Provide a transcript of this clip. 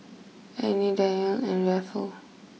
Annie Danyell and Raphael